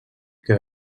que